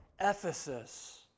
Ephesus